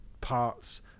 parts